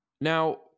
Now